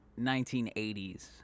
1980s